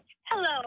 hello